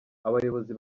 abayobozi